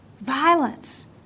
Violence